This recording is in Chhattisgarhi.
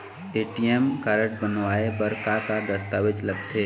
ए.टी.एम कारड बनवाए बर का का दस्तावेज लगथे?